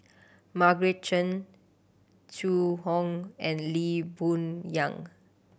Margaret Chan Zhu Hong and Lee Boon Yang